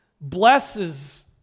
blesses